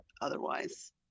otherwise